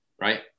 right